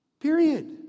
period